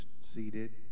seated